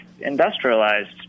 industrialized